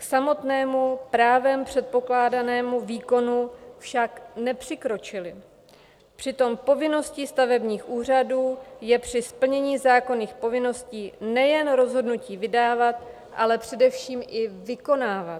K samotnému právem předpokládanému výkonu však nepřikročily, přitom povinností stavebních úřadů je při splnění zákonných povinností nejen rozhodnutí vydávat, ale především i vykonávat.